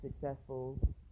successful